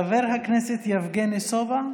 חבר הכנסת יבגני סובה,